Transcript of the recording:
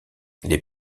les